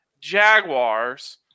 Jaguars